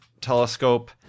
telescope